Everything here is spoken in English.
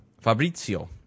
Fabrizio